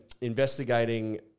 investigating